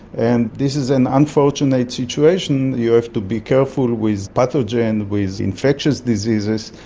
and this is an unfortunate situation, you have to be careful with pathogens, with infectious diseases.